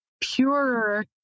purer